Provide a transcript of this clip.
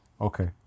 Okay